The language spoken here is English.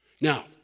Now